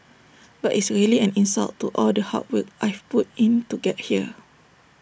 but it's really an insult to all the hard work I've put in to get here